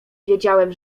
wiedziałem